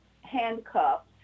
handcuffed